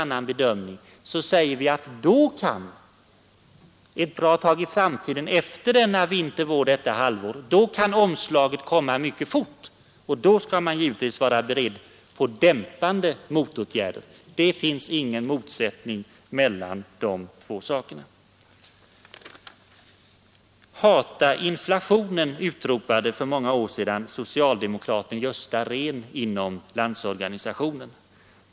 På längre sikt, ett tag efter innevarande halvår, kan omslaget komma mycket fort, och då bör man givetvis vara beredd på dämpande motåtgärder. Det finns ingen motsättning mellan de två synsätten eftersom tidsperspektiven är olika. ”Hata inflationen” utropade för en del år sedan socialdemokraten Gösta Rehn inom LO.